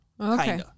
Okay